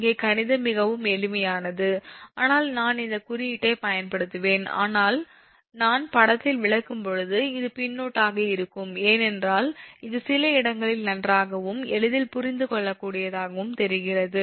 இங்கே கணிதம் மிகவும் எளிமையானது ஆனால் நான் இந்த குறியீட்டைப் பயன்படுத்துவேன் ஆனால் நான் படத்தில் விளக்கும்போது இது பின்னொட்டாக இருக்கும் ஏனென்றால் இது சில இடங்களில் நன்றாகவும் எளிதில் புரிந்துகொள்ளக்கூடியதாகவும் தெரிகிறது